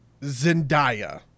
Zendaya